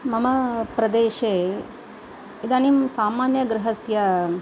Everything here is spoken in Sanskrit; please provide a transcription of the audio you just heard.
मम प्रदेशे इदानीं सामान्यगृहस्य